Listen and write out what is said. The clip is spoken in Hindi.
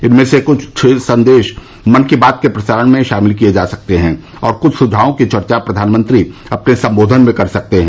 इनमें से कुछ संदेश मन की बात के प्रसारण में शामिल किए जा सकते हैं और कुछ सुझायों की चर्चा प्रधानमंत्री अपने संबोधन में कर सकते हैं